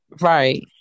right